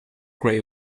grey